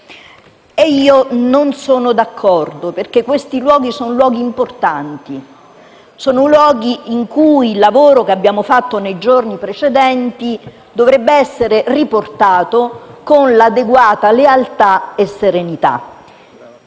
Io non sono d'accordo, perché questi sono luoghi importanti; sono luoghi in cui il lavoro che abbiamo fatto nei giorni precedenti dovrebbe essere riportato con le adeguate lealtà e serenità.